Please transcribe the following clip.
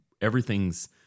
everything's